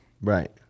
Right